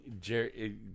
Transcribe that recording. Jerry